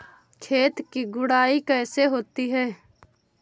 खेत की गुड़ाई कैसे होती हैं?